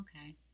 okay